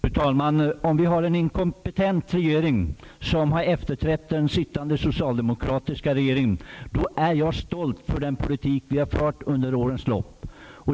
Fru talman! Om en inkompetent regering har efterträtt den tidigare socialdemokratiska regeringen är jag stolt över den politik vi har fört under årens lopp.